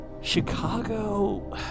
Chicago